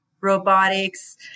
robotics